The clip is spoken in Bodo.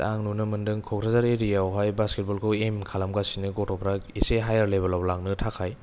दा आं नुनो मोनदों क'क्राझार एरियावहाय बासकेट बलखौ एम खालामगासिनो गथ'फ्रा एसे हायार लेबेलाव लांनो थाखाय